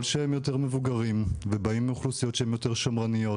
שהם יותר מבוגרים ובאים מאוכלוסיות שהן יותר שמרניות